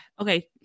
okay